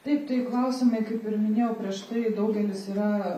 taip tai klausimai kaip ir minėjau prieš tai daugelis yra